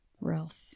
Ralph